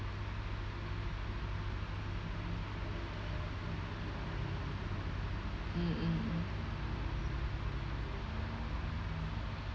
mm mm mm